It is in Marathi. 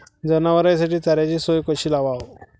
जनावराइसाठी चाऱ्याची सोय कशी लावाव?